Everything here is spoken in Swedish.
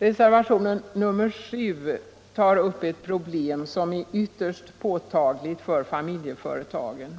Reservation nr 7 tar upp ett problem som är ytterst påtagligt för fan miljeföretagen.